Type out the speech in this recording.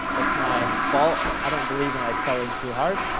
that's my fault. i don't believe in like selling too hard.